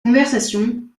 conversation